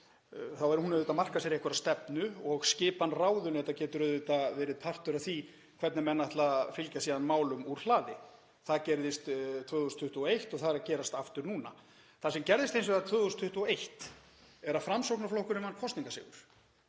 hefur hún auðvitað markað sér einhverja stefnu og skipan ráðuneyta getur verið partur af því hvernig menn ætla að fylgja málum úr hlaði. Það gerðist 2021 og það er að gerast aftur núna. Það sem gerðist hins vegar 2021 var að Framsóknarflokkurinn vann kosningasigur